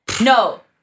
No